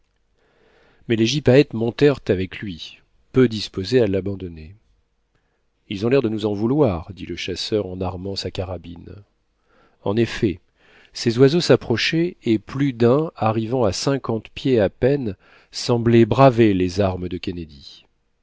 mais les gypaètes montèrent avec lui peu disposés à l'abandonner ils ont l'air de nous en vouloir dit le chasseur en armant sa carabine en effet ces oiseaux s'approchaient et plus d'un arrivant à cinquante pieds à peine semblait braver les armes de kennedy